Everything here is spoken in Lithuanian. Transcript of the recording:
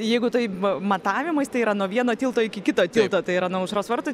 jeigu taip matavimais tai yra nuo vieno tilto iki kito tilto tai yra nuo aušros vartų